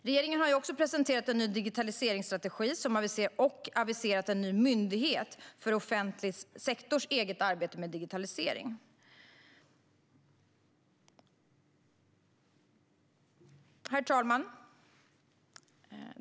Regeringen har också presenterat en ny digitaliseringsstrategi och aviserat en ny myndighet för offentlig sektors eget arbete med digitalisering. Herr talman!